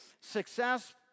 success